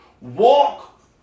Walk